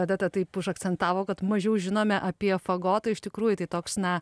odeta taip užakcentavo kad mažiau žinome apie fagotą iš tikrųjų tai toks na